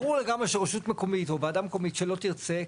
ברור לגמרי שרשות מקומית או ועדה מקומית שלא תרצה,